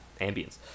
ambience